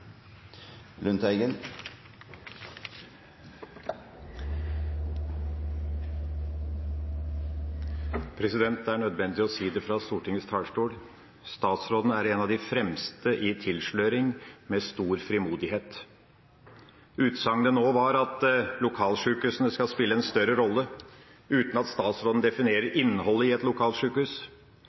Det er nødvendig å si det fra Stortingets talerstol: Statsråden er en av de fremste i tilsløring, med stor frimodighet. Utsagnet nå var at lokalsjukehusene skal spille en større rolle, uten at statsråden definerer innholdet i et lokalsjukehus.